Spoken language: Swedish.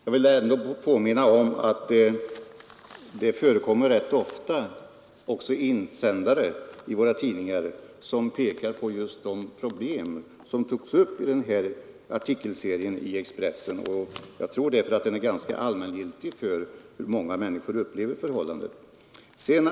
Herr talman! Artikeln i Expressen får väl gälla för vad den är. Jag vill ändå påminna om att det rätt ofta förekommer insändare i våra tidningar som pekar på just de problem som togs upp i denna artikelserie i Expressen. Jag tror därför att den är ganska allmängiltig för hur många människor upplever förhållandena.